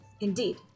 Indeed